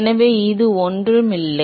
எனவே இது ஒன்றும் இல்லை